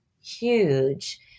huge